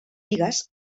bigues